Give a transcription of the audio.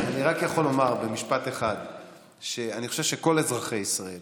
אני רק יכול לומר במשפט אחד שאני חושב שכל אזרחי ישראל